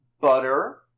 Butter